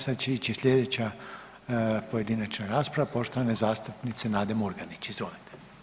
Sad će ići slijedeća pojedinačna rasprava poštovane zastupnice Nade Murganić, izvolite.